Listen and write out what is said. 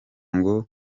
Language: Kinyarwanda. ngo